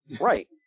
Right